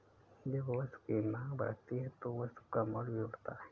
जब वस्तु की मांग बढ़ती है तो वस्तु का मूल्य भी बढ़ता है